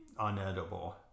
unedible